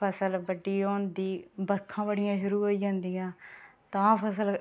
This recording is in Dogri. फसल बड्डी होंदी बर्खां बड़ियां शुरू होई जंदियां तां फसल